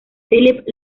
philip